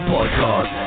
Podcast